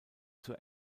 zur